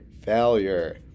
Failure